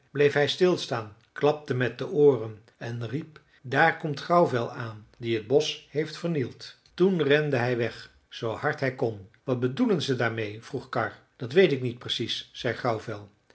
bleef hij stil staan klapte met de ooren en riep daar komt grauwvel aan die het bosch heeft vernield toen rende hij weg zoo hard hij kon wat bedoelen ze daarmeê vroeg karr dat weet ik niet precies zei